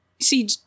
See